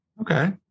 Okay